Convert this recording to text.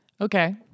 Okay